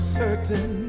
certain